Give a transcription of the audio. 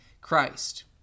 Christ